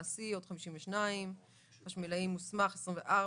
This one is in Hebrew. חשמלאי מעשי - עוד 52. חשמלאי מוסמך - 24.